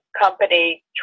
Company